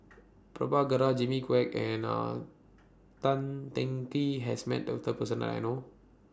Prabhakara Jimmy Quek and A Tan Teng Kee has Met This Person that I know of